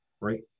right